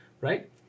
right